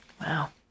Wow